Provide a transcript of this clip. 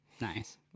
Nice